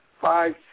five